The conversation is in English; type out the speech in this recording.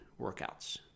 workouts